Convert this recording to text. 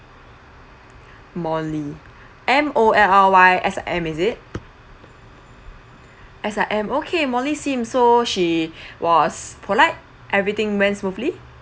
molly M O L L Y S I M is it S I M okay molly sim so she was polite everything went smoothly